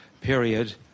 period